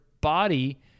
body